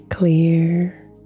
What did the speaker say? clear